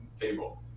table